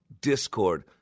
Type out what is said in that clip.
discord